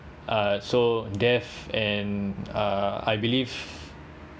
uh so death and uh I believe